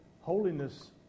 holiness